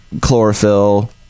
chlorophyll